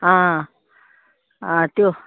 आं आं त्यो